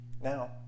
Now